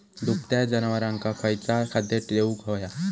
दुभत्या जनावरांका खयचा खाद्य देऊक व्हया?